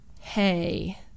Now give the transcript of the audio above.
hey